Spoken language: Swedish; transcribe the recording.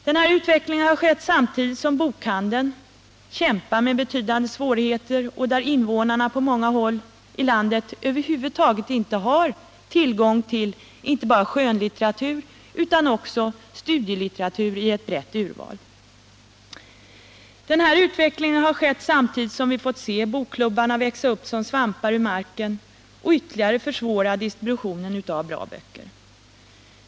Denna utveckling har skett samtidigt som bokhandeln kämpar med betydande svårigheter och invånarna på många håll över huvud taget inte har tillgång till inte bara skönlitteratur utan också studielitteratur i ett brett urval. Denna utveckling har skett samtidigt som vi fått se bokklubbarna växa upp som svampar ur marken och ytterligare försvåra distributionen av bra böcker.